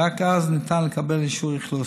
ורק אז ניתן לקבל אישור אכלוס.